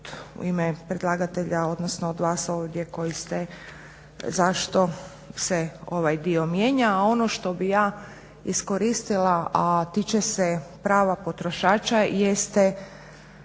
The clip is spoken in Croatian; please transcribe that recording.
u ime predlagatelja odnosno od vas ovdje koji ste zašto se ovaj dio mijenja a ono što bih ja iskoristila a tiče se prava potrošača jeste